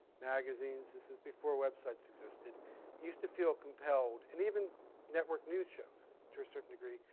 magazines this is before websites existed used to feel compelled, and even network news shows to a certain degree,